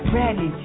ready